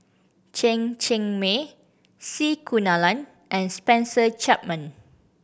Chen Cheng Mei C Kunalan and Spencer Chapman